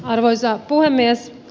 arvoisa puhemies